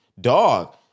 dog